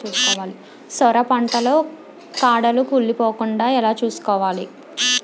సొర పంట లో కాడలు కుళ్ళి పోకుండా ఎలా చూసుకోవాలి?